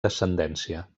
descendència